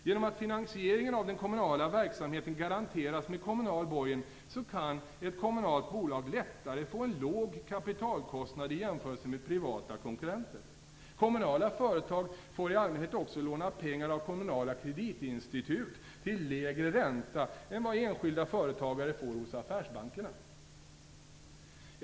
Genom att finansieringen av den kommunala verksamheten garanteras med kommunal borgen kan ett kommunalt bolag lättare få en låg kapitalkostnad i jämförelse med privata konkurrenter. Kommunala företag får i allmänhet också låna pengar av kommunala kreditinstitut till lägre ränta än vad enskilda företag får hos affärsbankerna.